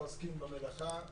ולכל העוסקים במלאכה.